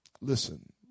Listen